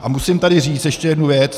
A musím tady říct ještě jednu věc.